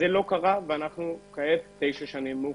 זה לא קרה וכבר עברו תשע שנים.